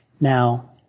Now